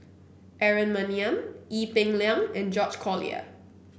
Aaron Maniam Ee Peng Liang and George Collyer